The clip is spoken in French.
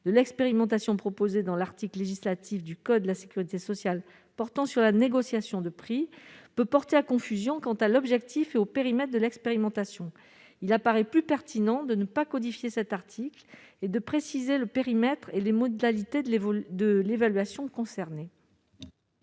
de l'expérimentation proposée dans l'article législative du code de la Sécurité sociale portant sur la négociation de prix peut porter à confusion quant à l'objectif et au périmètre de l'expérimentation, il apparaît plus pertinent de ne pas codifié cet article et de préciser le périmètre et les modalités de les vols de l'évaluation concernés.